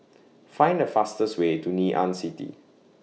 Find The fastest Way to Ngee Ann City